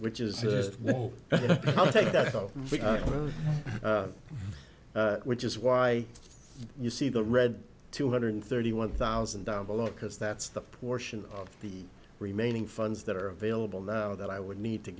which is just to take that which is why you see the red two hundred thirty one thousand down below because that's the portion of the remaining funds that are available now that i would need to